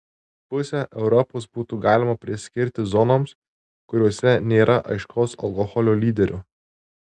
pusę europos būtų galima priskirti zonoms kuriose nėra aiškaus alkoholio lyderio